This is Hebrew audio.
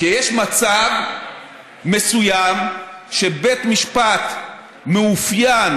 כי יש מצב מסוים שבית משפט מאופיין